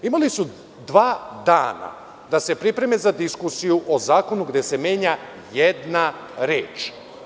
Imali su dva dana da se pripreme za diskusiju o zakonu gde se menja jedna reč.